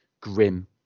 grim